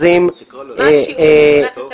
מה שיעור רכש הגומלין?